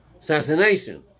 Assassination